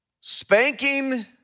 Spanking